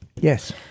Yes